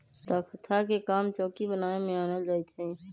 तकख्ता के काम चौकि बनाबे में आनल जाइ छइ